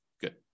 Good